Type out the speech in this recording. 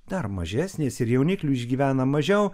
dar mažesnės ir jauniklių išgyvena mažiau